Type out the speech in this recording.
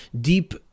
deep